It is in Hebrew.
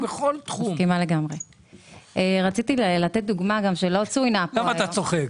למה אתה צוחק?